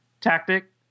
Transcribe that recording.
tactic